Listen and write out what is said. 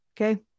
okay